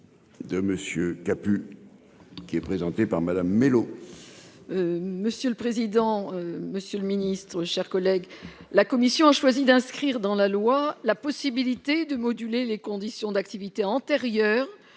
de monsieur pu qui est présenté par Madame Mellow. Michel. Monsieur le président, Monsieur le Ministre, chers collègues, la commission a choisi d'inscrire dans la loi la possibilité de moduler les conditions d'activité antérieure